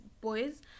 boys